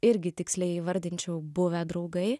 irgi tiksliai įvardinčiau buvę draugai